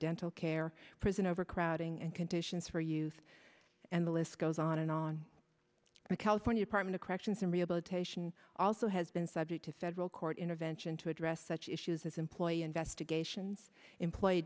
dental their prison overcrowding and conditions for youth and the list goes on and on the california department of corrections and rehabilitation also has been subject to federal court intervention to address such issues as employee investigations employee